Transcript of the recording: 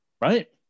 right